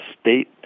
state